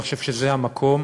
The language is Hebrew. אני חושב שזה המקום,